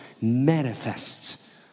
manifests